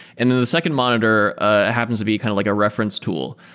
and then the second monitor ah happens to be kind of like a reference tool,